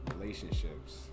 Relationships